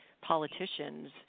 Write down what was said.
politician's